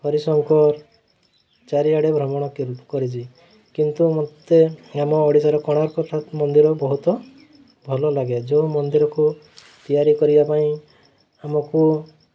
ହରିଶଙ୍କର ଚାରିଆଡ଼େ ଭ୍ରମଣ କରିଛି କିନ୍ତୁ ମୋତେ ଆମ ଓଡ଼ିଶାର କୋଣାର୍କ ମନ୍ଦିର ବହୁତ ଭଲ ଲାଗେ ଯେଉଁ ମନ୍ଦିରକୁ ତିଆରି କରିବା ପାଇଁ ଆମକୁ